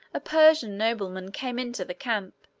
a persian nobleman came into the camp,